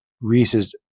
Reese's